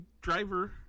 driver